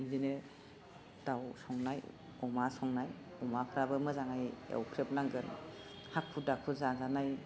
बिदिनो दाउ संनाय अमा संनाय अमाफ्राबो मोजाङै एवख्रेबनांगोन हाखु दाखु जाजानाय